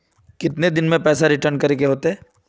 कितने दिन में पैसा रिटर्न करे के होते?